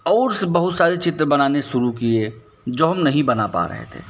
और से बहुत सारे चित्र बनाने शुरू किए जो हम नहीं बना पा रहे थे